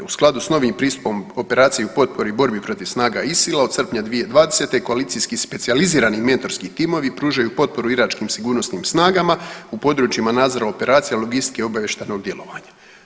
U skladu s novim pristupom operaciji u potpori i borbi protiv snaga ISILA od srpnja 2020. koalicijski specijalizirani mentorski timovi pružaju potporu iračkim sigurnosnim snagama u područjima nadzora operacija, logistike i obavještajnog djelovanja.